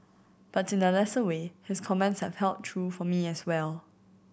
but in a lesser way his comments have held true for me as well